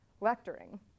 lecturing